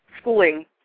schooling